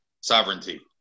sovereignty